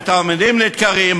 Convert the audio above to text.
שתלמידים נדקרים,